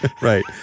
right